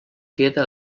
queda